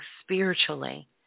spiritually